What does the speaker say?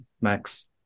Max